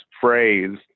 phrase